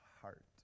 heart